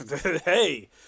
hey